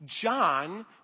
John